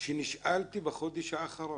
שנשאלתי בחודש האחרון.